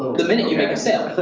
the minute you make a sale.